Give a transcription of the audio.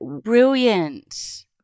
Brilliant